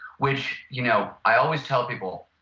which you know i always tell people,